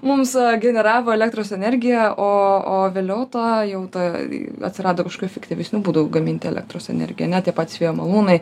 mums generavo elektros energiją o o vėliau tą jau ta atsirado kažkokių efektyvesnių būdų gaminti elektros energiją ane tie patys vėjo malūnai